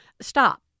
stop